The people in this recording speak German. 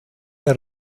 der